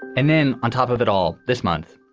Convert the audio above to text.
and then on top of it all this month,